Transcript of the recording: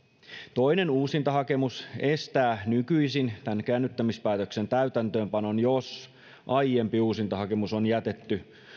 toinen uusintahakemus estää nykyisin tämän käännyttämispäätöksen täytäntöönpanon jos aiempi uusintahakemus on jätetty